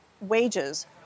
wages